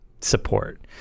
support